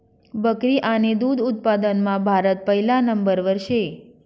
बकरी आणि दुध उत्पादनमा भारत पहिला नंबरवर शे